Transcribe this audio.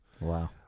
Wow